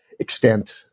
extent